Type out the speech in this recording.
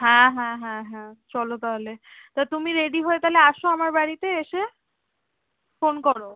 হ্যাঁ হ্যাঁ হ্যাঁ হ্যাঁ চলো তাহলে তা তুমি রেডি হয়ে তাহলে আস আমার বাড়িতে এসে ফোন করো